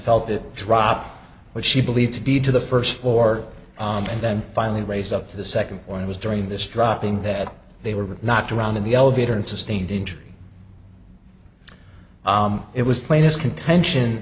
felt it drop what she believed to be to the first floor and then finally raise up to the second one it was during this dropping that they were knocked around in the elevator and sustained injury it was plain his contention